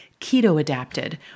keto-adapted